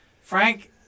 frank